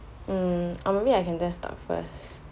um or maybe I can just talk first